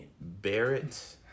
Barrett